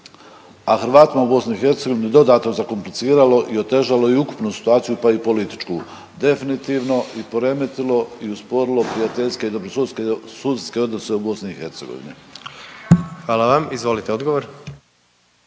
a Hrvatima u BiH bi dodatno zakompliciralo i otežalo i ukupnu situaciju, pa i političku definitivno i poremetilo i usporilo prijateljske i dobrosusjedske odnose u BiH. **Jandroković, Gordan